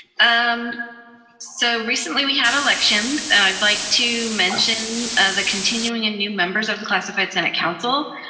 um so recently we had elections. and i'd like to mention the continuing and new members of the classified senate council.